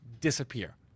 disappear